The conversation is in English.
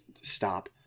stop